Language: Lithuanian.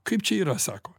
kaip čia yra sako